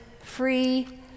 free